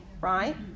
right